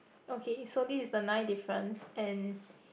okay so this is the nine difference and